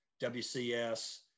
WCS